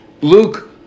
Luke